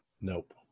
Nope